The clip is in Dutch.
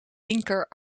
linker